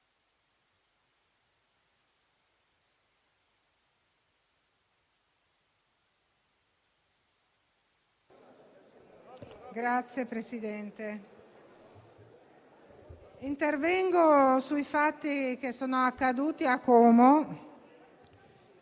Signor Presidente, intervengo sui fatti che sono accaduti a Como